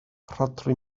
rhodri